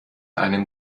einem